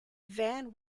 van